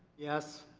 yes.